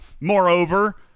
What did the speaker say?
Moreover